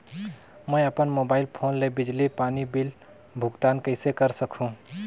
मैं अपन mobile phone ले बिजली पानी बिल भुगतान कइसे कर सकहुं?